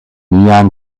neon